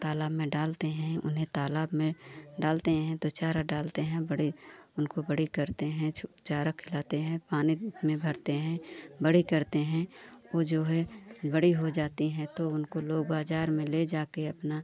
तालाब में डालते हैं उन्हें तालाब में डालते हैं तो चारा डालते हैं बड़ी उनको बड़ी करते हैं छो चार खिलाते हैं पानी उसमें भरते हैं बड़ी करते हैं वे जो है बड़ी हो जाती हैं तो उनको लोग बाज़ार में ले जाकर अपना